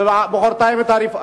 ומחרתיים את הרפורמים.